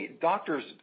doctors